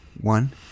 One